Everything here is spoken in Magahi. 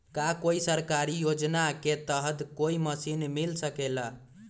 का कोई सरकारी योजना के तहत कोई मशीन मिल सकेला?